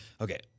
Okay